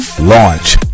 launch